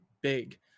big